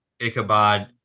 Ichabod